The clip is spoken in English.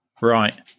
Right